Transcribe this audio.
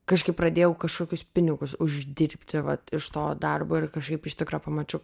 kažkaip pradėjau kažkokius pinigus uždirbti vat iš to darbo ir kažkaip iš tikro pamačiau